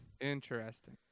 Interesting